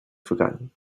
forgotten